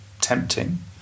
tempting